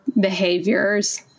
behaviors